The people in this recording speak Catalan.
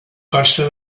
consta